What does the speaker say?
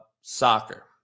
soccer